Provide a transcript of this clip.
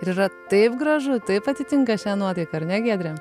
ir yra taip gražu taip atitinka šiandien nuotaiką ar ne giedre